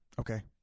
Okay